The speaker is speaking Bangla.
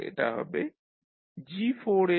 তাহলে এটা হবে G4sG6sH3s